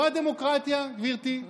זו הדמוקרטיה, גברתי.